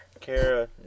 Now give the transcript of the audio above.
Kara